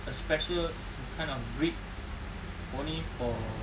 a special kind of breed only for